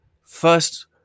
first